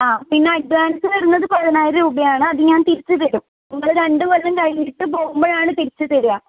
ആ പിന്നെ അഡ്വാൻസ്സ് വരുന്നത് പതിനായിരം രൂപയാണ് അത് ഞാൻ തിരിച്ച് തരും നിങ്ങൾ രണ്ട് കൊല്ലം കഴിഞ്ഞിട്ട് പോകുമ്പോഴാണ് തിരിച്ച് തരുക